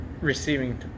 receiving